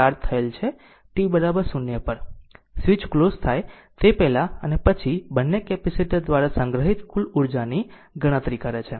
t 0 પર switch close થાય તે પહેલાં અને પછી બંને કેપેસિટર દ્વારા સંગ્રહિત કુલ ઉર્જાની ગણતરી કરે છે